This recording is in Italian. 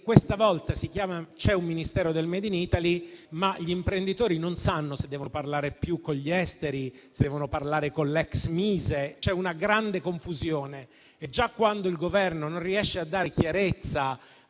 Questa volta c'è un Ministero del *made in Italy*, ma gli imprenditori non sanno se devono parlare più con gli Esteri, o se devono parlare con l'ex Mise: c'è una grande confusione. Quando il Governo non riesce a dare chiarezza